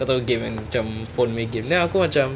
kau tahu game kan macam phone nya game then aku macam